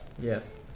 Yes